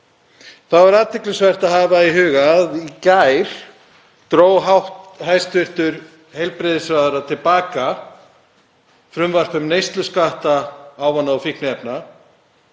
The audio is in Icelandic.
þá er athyglisvert að hafa í huga að í gær dró hæstv. heilbrigðisráðherra til baka frumvarp um neysluskammta ávana- og fíkniefna